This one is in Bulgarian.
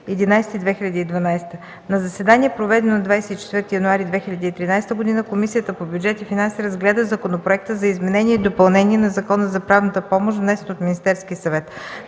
заседание, проведено на 24 януари 2013 г, Комисията по бюджет и финанси разгледа Законопроекта за изменение и допълнение на Закона за правната помощ, внесен от Министерския съвет.